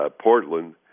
Portland